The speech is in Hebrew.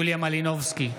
יוליה מלינובסקי,